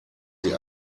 sie